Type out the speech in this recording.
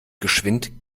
geschwind